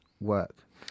work